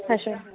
अच्छा